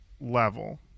level